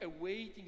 awaiting